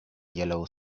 yellow